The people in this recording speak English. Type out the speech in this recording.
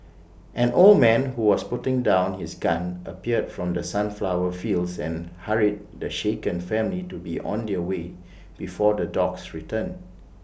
an old man who was putting down his gun appeared from the sunflower fields and hurried the shaken family to be on their way before the dogs return